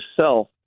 self